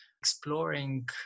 exploring